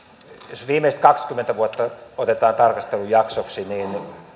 jos viimeiset kaksikymmentä vuotta otetaan tarkastelujaksoksi niin